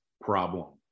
problem